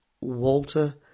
Walter